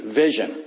vision